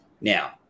now